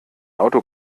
auto